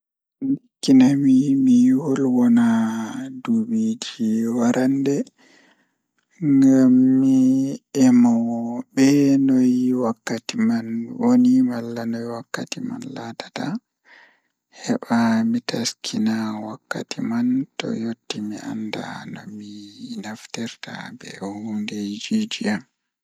Ndikkina mi So mi waawi ɗonnoogol ko mi waɗi waawugol e ngoodi saare walla fittaande, miɗo ɗonnoo fittaande. Mi faami fittaande sabu mi waawi jeyaa ngal njogorde ngal ngal. Fittaande ko tawa fota ko heɓugol heewta e jammaaji ngal, sabu o waawi heɓugol eɓɓe ngal